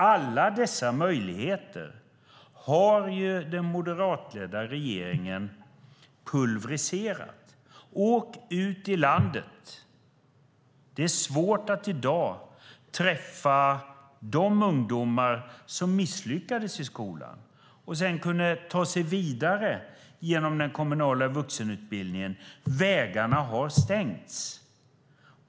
Alla dessa möjligheter har den moderatledda regeringen pulvriserat. Åk ut i landet! Det är svårt att i dag träffa de ungdomar som har misslyckats i skolan och inte längre kan ta sig vidare genom den kommunala vuxenutbildningen. Vägarna har stängts.